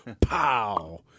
pow